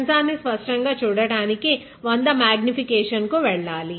censor ను స్పష్టంగా చూడడానికి 100 X మాగ్నిఫికేషన్ కు వెళ్లాలి